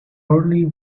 early